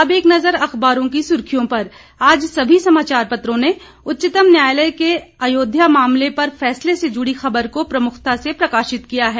अब एक नजर अखबारों की सुर्खियों पर आज सभी समाचार पत्रों ने उच्चतम न्यायालय के अयोध्या मामले पर फैसले से जुड़ी ख़बर को प्रमुखता से प्रकाशित किया है